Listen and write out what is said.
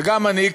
וגם אני,